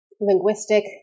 linguistic